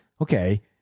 okay